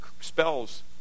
spells